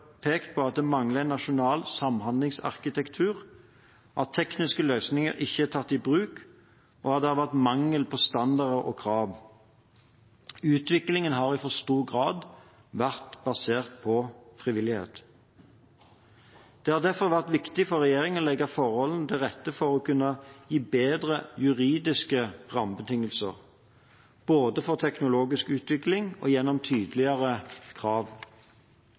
pekt på at det mangler en nasjonal samhandlingsarkitektur, at tekniske løsninger ikke er tatt i bruk, og at det har vært mangel på standarder og krav. Utviklingen har i for stor grad vært basert på frivillighet. Det har derfor vært viktig for regjeringen å legge forholdene til rette for å kunne gi bedre juridiske rammebetingelser – både for teknologisk utvikling og gjennom tydeligere krav.